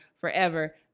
forever